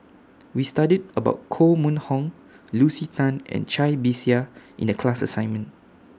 We studied about Koh Mun Hong Lucy Tan and Cai Bixia in The class assignment